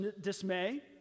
dismay